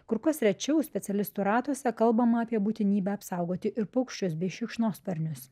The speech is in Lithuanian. kur kas rečiau specialistų ratuose kalbama apie būtinybę apsaugoti ir paukščius bei šikšnosparnius